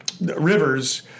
River's